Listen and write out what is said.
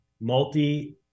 multi